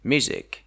Music